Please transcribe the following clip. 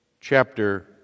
chapter